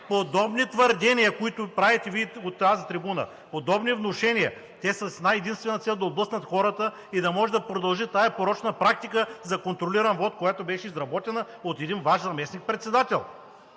Подобни твърдения, които правите тук от тази трибуна, подобни внушения, те са с една-единствена цел да отблъснат хората и да може да продължи тази порочна практика за контролиран вот, която беше изработена от един Ваш заместник-председател.